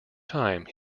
time